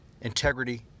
integrity